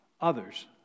others